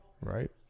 Right